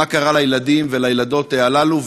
מה קרה לילדים ולילדות הללו,